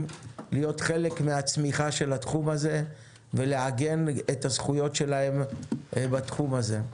להיות חלק מהצמיחה של התחום הזה ולעגן את הזכויות שלהם בתחום הזה.